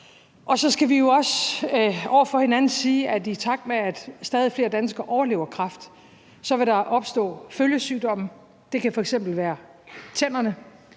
Og så skal vi jo også over for hinanden sige, at i takt med at stadig flere danskere overlever kræft, vil der opstå følgesygdomme; det kan f.eks. være i tænderne,